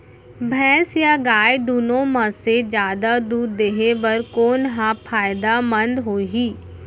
भैंस या गाय दुनो म से जादा दूध देहे बर कोन ह फायदामंद होही?